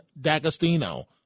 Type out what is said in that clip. D'Agostino